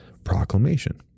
proclamation